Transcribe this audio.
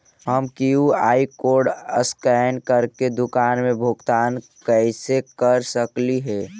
हम QR code scan करके दुकान में भुगतान कैसे कर सकली हे?